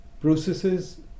processes